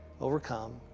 overcome